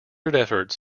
concerted